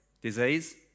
Disease